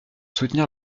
soutenir